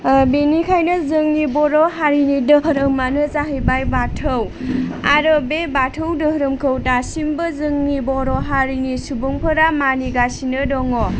बेनिखायनो जोंनि बर' हारिनि धोरोमानो जाहैबाय बाथौ आरो बे बाथौ धोरोमखौ दासिमबो जोंनि बर' हारिनि सुबुंफोरा मानिगासिनो दङ